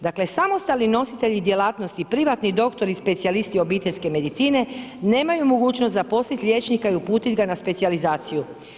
Dakle, samostalni nositelji djelatnosti privatni doktori, specijalisti obiteljske medicine nemaju mogućnost zaposliti liječnika i uputiti ga na specijalizaciju.